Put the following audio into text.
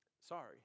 Sorry